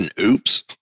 oops